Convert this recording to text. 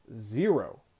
zero